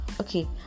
okay